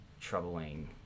troubling